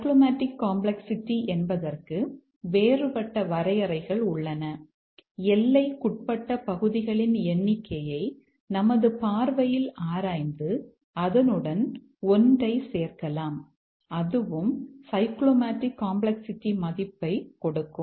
cyclomatic complexity மதிப்பை கொடுக்கும்